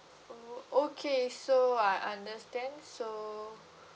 oh okay so I understand so